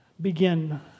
begin